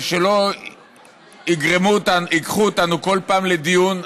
שלא ייקחו אותנו כל פעם לדיון,